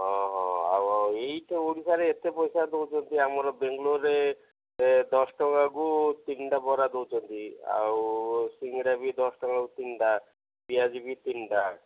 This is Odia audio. ହଁ ହଁ ଆଉ ଏଇତ ଓଡ଼ିଶାରେ ଏତେ ପଇସା ଦଉଛନ୍ତି ଆମର ବେଙ୍ଗାଲୋରରେ ଦଶ ଟଙ୍କାକୁ ତିନିଟା ବରା ଦଉଛନ୍ତି ଆଉ ସିଙ୍ଗଡ଼ା ବି ଦଶ ଟଙ୍କାକୁ ତିନିଟା ପିଆଜି ବି ତିନିଟା